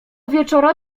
wieczora